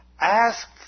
Ask